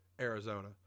Arizona